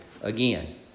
again